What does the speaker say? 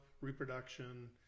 reproduction